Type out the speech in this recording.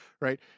right